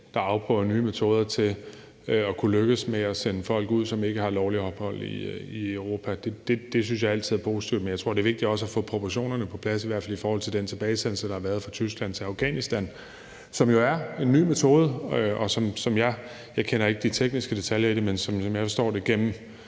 afprøver nye metoder til at kunne lykkes med at sende folk ud, som ikke har lovligt ophold i Europa. Det synes jeg altid er positivt. Men jeg tror, det er vigtigt også at få proportionerne på plads, i hvert fald i forhold til den tilbagesendelse, der har været fra Tyskland til Afghanistan. Det er jo en ny metode, og jeg kender ikke de tekniske detaljer i det, men som jeg forstår det,